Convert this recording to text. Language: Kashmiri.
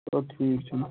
ٹھیٖک چھِ